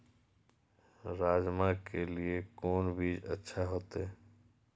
राजमा के लिए कोन बीज अच्छा होते?